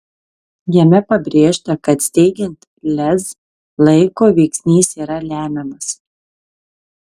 jame pabrėžta kad steigiant lez laiko veiksnys yra lemiamas